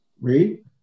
Read